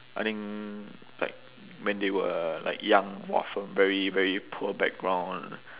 I think like when they were like young !wah! from very very poor background